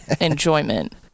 enjoyment